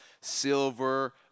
silver